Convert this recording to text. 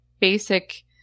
basic